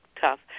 tough